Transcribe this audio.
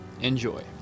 Enjoy